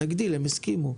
הם הסכימו.